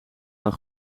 dan